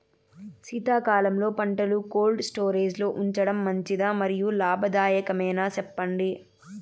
శీతాకాలంలో పంటలు cold storage లో ఉంచడం మంచిదా? మరియు లాభదాయకమేనా, సెప్పండి